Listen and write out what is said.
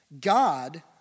God